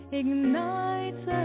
ignites